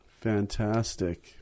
Fantastic